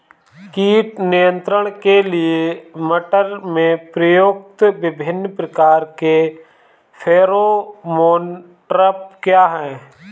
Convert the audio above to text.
कीट नियंत्रण के लिए मटर में प्रयुक्त विभिन्न प्रकार के फेरोमोन ट्रैप क्या है?